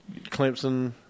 Clemson